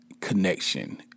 connection